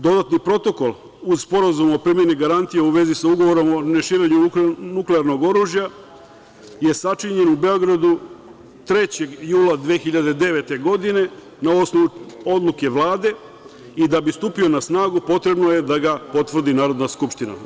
Dodatni protokol uz Sporazum o primeni garantija u vezi sa ugovorom o ne širenju nuklearnog oružja se sačinjen u Beogradu 3. jula 2009. godine na osnovu odluke Vlade i da bi stupio na snagu potrebno je da ga potvrdi Narodna skupština.